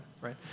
right